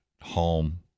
home